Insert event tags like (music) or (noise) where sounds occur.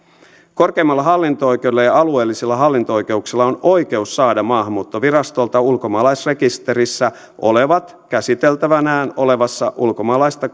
korkeimmalla hallinto oikeudella ja alueellisilla hallinto oikeuksilla on oikeus saada maahanmuuttovirastolta ulkomaalaisrekisterissä olevat käsiteltävänään olevassa ulkomaalaista (unintelligible)